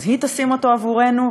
אז היא תשים אותו עבורנו,